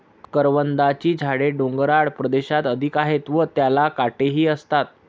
करवंदाची झाडे डोंगराळ प्रदेशात अधिक आहेत व त्याला काटेही असतात